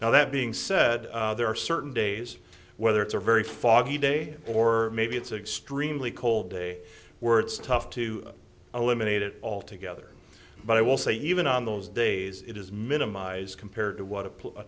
now that being said there are certain days whether it's a very foggy day or maybe it's extremely cold day words tough to eliminate it altogether but i will say even on those days it is minimize compared to what a